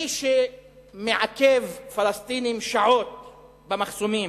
מי שמעכב פלסטינים שעות במחסומים,